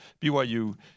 BYU